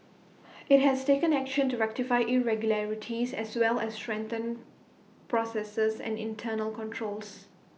IT has taken action to rectify irregularities as well as strengthen processes and internal controls